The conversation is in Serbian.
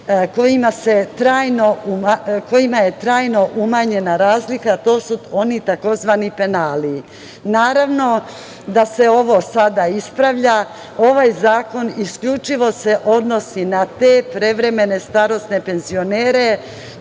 kojima je trajno umanjena razlika. To su oni tzv. penali. Naravno da se ovo sada ispravlja. Ovaj zakon isključivo se odnosi na te prevremene starosne penzionere.